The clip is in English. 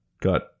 got